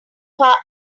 car